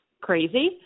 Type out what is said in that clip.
crazy